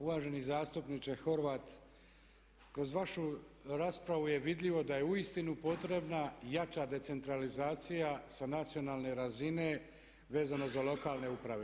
Uvaženi zastupniče Horvat kroz vašu raspravu je vidljivo da je uistinu potrebna jača decentralizacija sa nacionalne razine vezano za lokalne uprave.